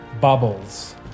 bubbles